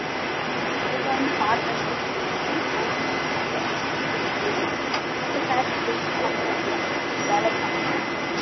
okay okay ma'am நீங்கள் வந்து பாருங்க ஸேரீஸ் பிடிச்சிருந்தா நீங்கள் ஓகே பண்ணி சஜ்ஜெஸ்ட் பண்ணி கொடுத்துட்டு போய்விடுங்க உங்கள்கிட்ட ஸேரீ டெலிவரி பண்ணும்போது பேலன்ஸ் அமௌண்ட்